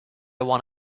want